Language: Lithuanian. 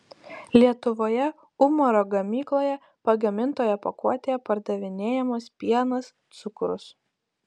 lietuvoje umaro gamykloje pagamintoje pakuotėje pardavinėjamas pienas cukrus